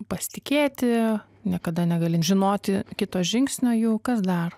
pasitikėti niekada negali žinoti kito žingsnio jau kas dar